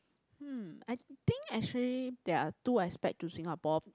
hmm I think actually there are two aspect to Singapore